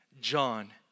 John